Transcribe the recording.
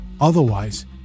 Otherwise